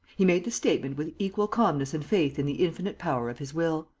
he made the statement with equal calmness and faith in the infinite power of his will.